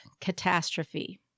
catastrophe